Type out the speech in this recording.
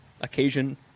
occasion